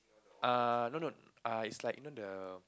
err no no err it's like you know the